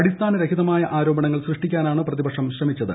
അടിസ്ഥാന രഹിതമായ ആരോപണങ്ങൾ സൃഷ്ടിക്കാനാണ് പ്രതി പക്ഷം ശ്രമിച്ചത്